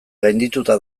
gaindituta